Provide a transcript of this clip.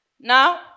Now